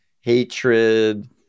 hatred